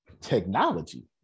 technology